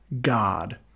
God